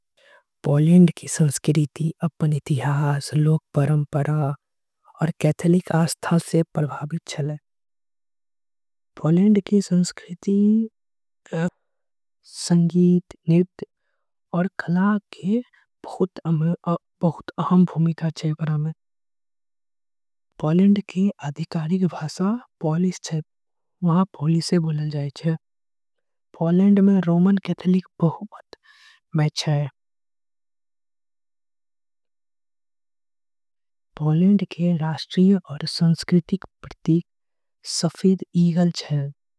पोलैंड के संस्कृति अपन इतिहास। परंपरा ओर कैथोलिक आस्था से पूर्ण। छीये पोलैंड के संस्कृति संगीत नृत्य। आऊ कला के भूमिका छे पोलैंड। में रोमन कैथोलिक बहुमत छे पोलैंड। के राष्ट्रीय प्रतीक सफेद इगल छे।